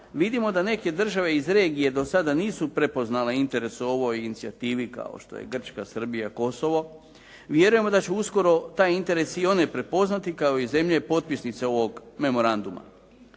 vidimo da neke države iz regije do sada nisu prepoznale interese o ovoj inicijativi o ovoj inicijativi kao što je Grčka, Srbija, Kosovo. Vjerujemo da će uskoro taj interes i one prepoznati kao i zemlje potpisnice ovog memoranduma.